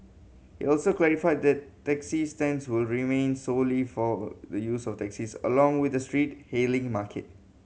he also clarified that taxi stands will remain solely for the use of taxis along with the street hailing market